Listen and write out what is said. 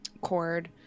Cord